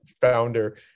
founder